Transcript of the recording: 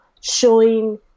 showing